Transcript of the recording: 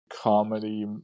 comedy